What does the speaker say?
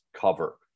cover